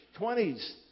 20s